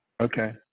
Okay